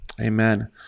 Amen